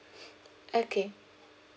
okay